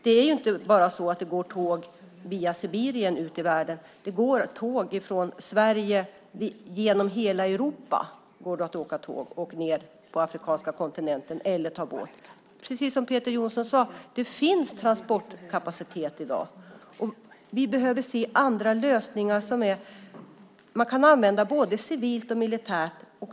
Det går inte bara tåg via Sibirien ut i världen. Det går tåg från Sverige genom hela Europa och ned på afrikanska kontinenten, eller också kan man ta båt. Det finns transportkapacitet i dag, precis som Peter Jonsson sade. Vi behöver se andra lösningar som man kan använda både civilt och militärt.